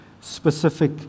specific